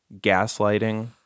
gaslighting